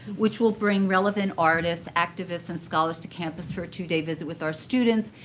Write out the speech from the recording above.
which will bring relevant artists, activists, and scholars to campus for a two day visit with our students.